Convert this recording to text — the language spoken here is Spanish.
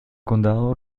condado